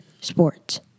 sports